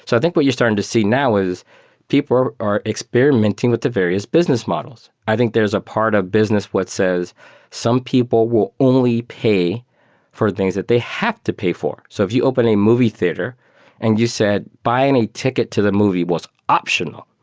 so i think what you're starting to see now is people are experimenting with the various business models. i think there's a part of business which says some people will only pay for things that they have to pay for. so if you open a movie theater and you said buying a ticket to the movie was optional.